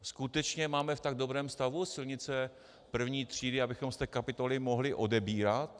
Skutečně máme v tak dobrém stavu silnice první třídy, abychom z té kapitoly mohli odebírat?